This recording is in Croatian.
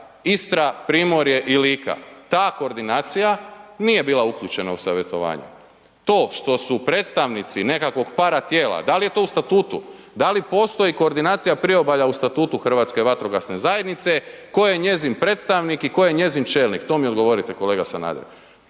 Istra-Primorje i Lika. Ta koordinacija nije bila uključena u savjetovanje. To što su predstavnici nekakvog paratijela, da li je to u statutu, da li postoji koordinacija priobalja u Statutu HVZ-a, tko je njezin predstavnik i tko je njezin čelnik? To mi odgovorite, kolega Sanader.